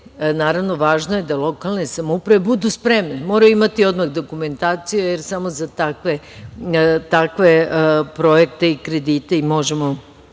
naravno, važno je da lokalne samouprave budu spremne, moraju imati odmah dokumentaciju, jer samo za takve projekte i kredite možemo